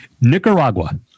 Nicaragua